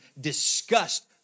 disgust